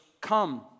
come